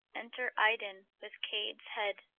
enter iden with cades head.